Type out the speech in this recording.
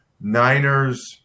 Niners –